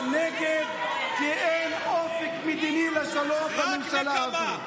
והיא אופק מדיני למען השלום, רק השלום.